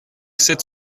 sept